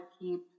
keep